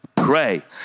Pray